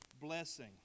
blessing